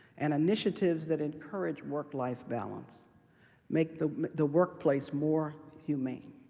and initiatives that encourage work-life balance make the the workplace more humane.